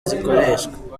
zikoreshwa